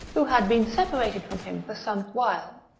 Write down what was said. who had been separated from him for some while,